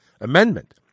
amendment